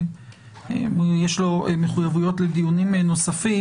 יש לו מחויבויות לדיונים נוספים.